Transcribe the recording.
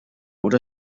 oder